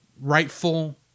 rightful